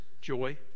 joy